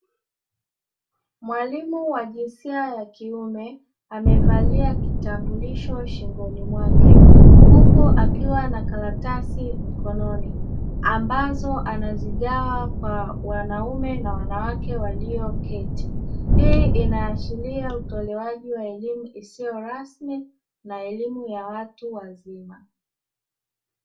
Mwalimu wa jinsia ya kiume amevalia kitambulisho shingoni mwake, huku akiwa na karatasi mkononi ambazo anazigawa kwa wanaume na wanawake walioketi hii inaashiria utolewaji wa elimu isiyo rasmi na elimu ya watu wazima.